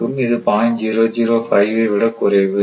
005 ஐ விட குறைவு